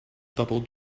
double